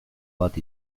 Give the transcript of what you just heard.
bat